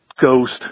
Ghost